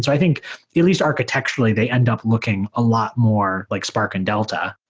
i think at least architecturally they end up looking a lot more like spark and delta.